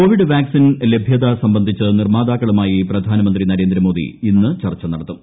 Covid vaccine ലഭ്യത സംബന്ധിച്ച് നിർമാതാക്കളുമായി പ്രധാനമന്ത്രി നരേന്ദ്രമോദി ഇന്ന് ചർച്ച നടത്തും